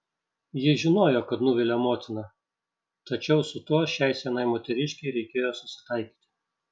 ji žinojo kad nuvilia motiną tačiau su tuo šiai senai moteriškei reikėjo susitaikyti